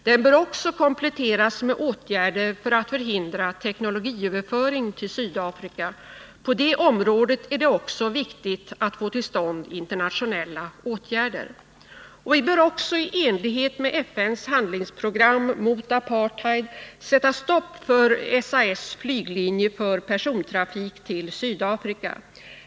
Den bör också kompletteras med åtgärder för att förhindra teknologiöverföring till Sydafrika. På det området är det också viktigt att få till stånd internationella åtgärder. Vi bör också i enlighet med FN:s handlingsprogram mot apartheid sätta stopp för SAS flyglinje för persontrafik till Sydafrika.